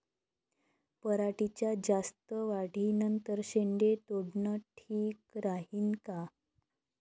पराटीच्या जास्त वाढी नंतर शेंडे तोडनं ठीक राहीन का?